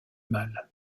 mal